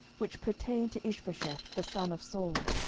which pertained to ishbosheth the son of saul,